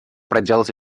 проделать